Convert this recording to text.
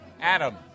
Adam